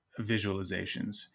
visualizations